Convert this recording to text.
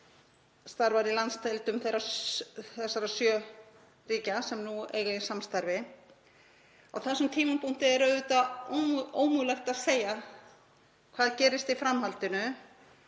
starfar í landsdeildum þessara sjö ríkja sem nú eiga í samstarfi. Á þessum tímapunkti er auðvitað ómögulegt að segja hvað gerist í framhaldinu